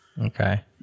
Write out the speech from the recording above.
okay